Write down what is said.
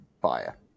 buyer